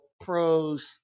pros